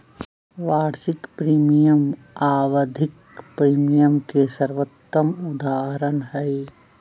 वार्षिक प्रीमियम आवधिक प्रीमियम के सर्वोत्तम उदहारण हई